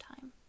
time